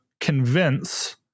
convince